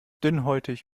dünnhäutig